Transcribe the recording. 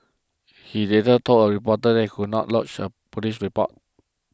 he later told a reporter that he would not lodge a police report